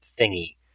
thingy